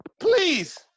Please